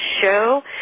show